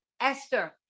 esther